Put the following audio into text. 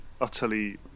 utterly